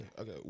Okay